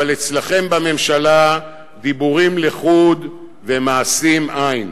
אבל אצלכם בממשלה דיבורים לחוד ומעשים אין.